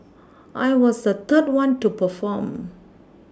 I was the third one to perform